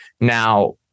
Now